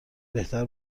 بهتر